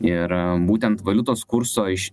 ir būtent valiutos kurso iš